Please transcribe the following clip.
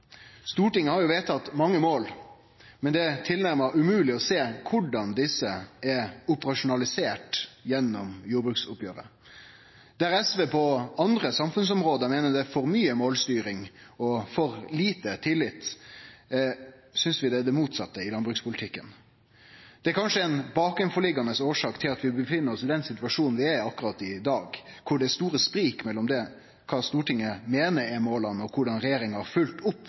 Stortinget har vedtatt mange mål, men det er tilnærma umogleg å sjå korleis desse er operasjonaliserte gjennom jordbruksoppgjeret. Der SV på andre samfunnsområde meiner det er for mykje målstyring og for lite tillit, synest vi det er motsett i landbrukspolitikken. Det er kanskje ei bakanforliggjande årsak til at vi er i den situasjonen vi er i akkurat i dag, der det er store sprik mellom det Stortinget meiner er måla, og korleis regjeringa har følgt opp